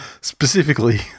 specifically